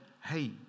hey